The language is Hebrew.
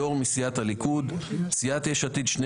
יו"ר מסיעת הליכוד; סיעת יש עתיד שני